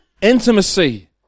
intimacy